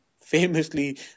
famously